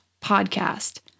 podcast